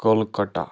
Kolkata